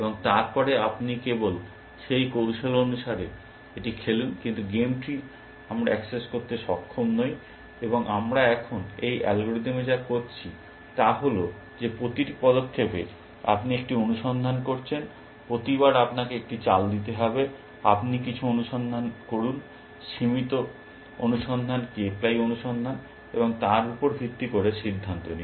এবং তারপরে আপনি কেবল সেই কৌশল অনুসারে এটি খেলুন কিন্তু গেম ট্রি আমরা অ্যাক্সেস করতে সক্ষম নই এবং আমরা এখন এই অ্যালগরিদমে যা করছি তা হল যে প্রতিটি পদক্ষেপে আপনি একটি অনুসন্ধান করছেন প্রতিবার আপনাকে একটি চাল দিতে হবে আপনি কিছু অনুসন্ধান করুন সীমিত অনুসন্ধান k প্লাই অনুসন্ধান এবং তারপর তার উপর ভিত্তি করে সিদ্ধান্ত নিন